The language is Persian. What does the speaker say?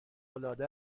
العاده